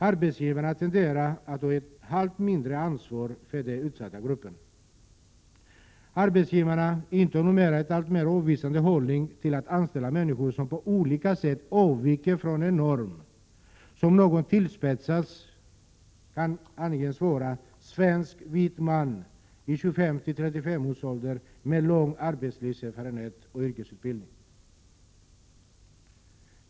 Arbetsgivarna tenderar att ta allt mindre ansvar för de utsatta grupperna, och de intar numera en alltmer avvisande hållning till att anställa människor som på olika sätt avviker från den norm som något tillspetsat kan anges vara ”svensk vit man i 25-30-årsåldern med lång arbetslivserfarenhet och yrkesutbildning”.